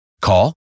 Call